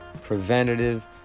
preventative